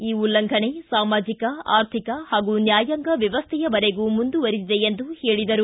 ಈ ಉಲ್ಲಂಘನೆ ಸಾಮಾಜಿಕ ಆರ್ಥಿಕ ಹಾಗೂ ನ್ಹಾಯಾಂಗ ವ್ಲವಸ್ಥೆಯವರೆಗೂ ಮುಂದುವರಿದಿದೆ ಎಂದು ಹೇಳಿದರು